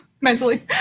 mentally